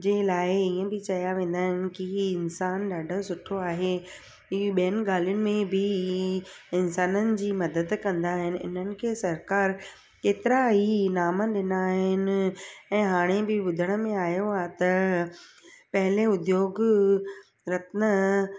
जंहिं लाइ हीअं बि चया वेंदा आहिनि की इन्सानु ॾाढा सुठ्रो आहे हीउ ॿियनि ॻाल्हियुनि में बि इन्साननि जी मदद कंदा आहिनि हिननि खे सरकार केतिरा ई नाम ॾिना आहिनि ऐं हाणे बि ॿुधण में आयो आहे त पहिले उद्दयोग रत्न